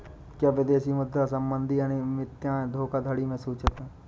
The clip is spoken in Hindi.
क्या विदेशी मुद्रा संबंधी अनियमितताएं धोखाधड़ी में सूचित हैं?